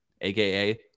aka